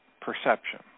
perception